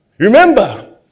Remember